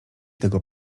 tego